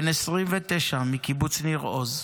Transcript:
בן 29 מקיבוץ ניר עוז,